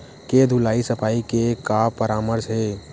के धुलाई सफाई के का परामर्श हे?